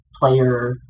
player